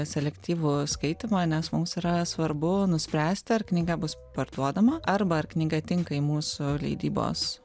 selektyvų skaitymą nes mums yra svarbu nuspręsti ar knyga bus parduodama arba ar knyga tinka į mūsų leidybos